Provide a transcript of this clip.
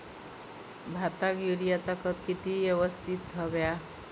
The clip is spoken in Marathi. भाताक युरियाचा खत किती यवस्तित हव्या?